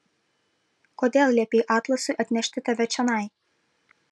kodėl liepei atlasui atnešti tave čionai